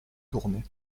tournées